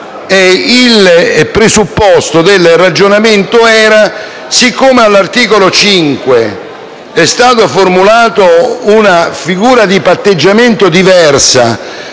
il presupposto del ragionamento era che siccome all'articolo 5 è stato formulata una figura di patteggiamento diversa